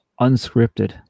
Unscripted